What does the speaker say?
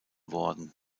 worden